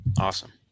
Awesome